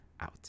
out